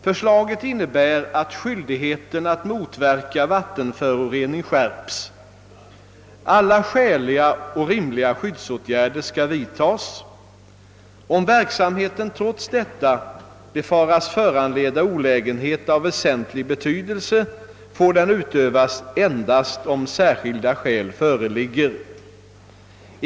Förslaget innebär att skyldigheten att motverka vattenförorening skärps. Alla skäliga och rimliga skyddsåtgärder skall vidtas. Om verksamheten trots detta befaras föranleda olägenhet av väsentlig betydelse, får den utövas endast om särskilda skäl föreligger.